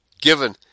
given